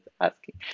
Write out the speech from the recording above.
asking